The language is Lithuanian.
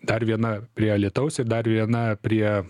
dar viena prie alytaus ir dar viena prie